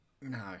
no